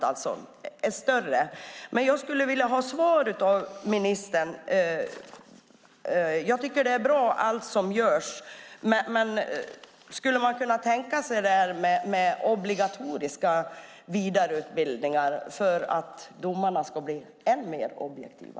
Allt som görs är bra, men jag skulle vilja ha svar från ministern på om hon kan tänka sig obligatoriska vidareutbildningar för att domarna ska bli ännu mer objektiva.